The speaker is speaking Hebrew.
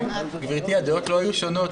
הדעות לא היו שונות,